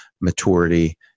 maturity